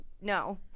no